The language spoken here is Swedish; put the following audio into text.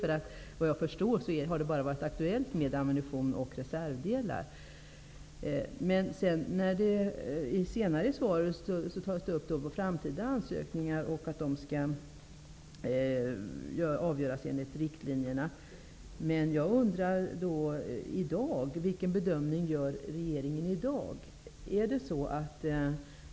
Såvitt jag förstår har det nu bara varit aktuellt med ammunition och reservdelar. I den senare delen av svaret framgår att framtida ansökningar skall avgöras enligt givna riktlinjer. Då undrar jag vilken bedömning regeringen gör i dag.